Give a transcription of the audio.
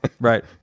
right